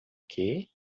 que